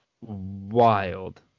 wild